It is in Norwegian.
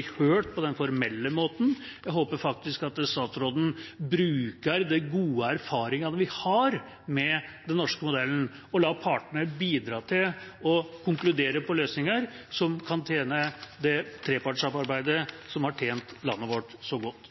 hørt på den formelle måten. Jeg håper faktisk at statsråden bruker de gode erfaringene vi har med den norske modellen, og lar partene bidra til å konkludere med løsninger som kan tjene det trepartssamarbeidet som har tjent landet vårt så godt.